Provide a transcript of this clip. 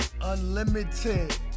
Unlimited